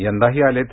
यंदाही आलेत